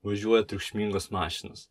važiuoja triukšmingos mašinos